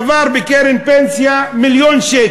שכיר כל החיים שלו, צבר בקרן פנסיה מיליון שקל,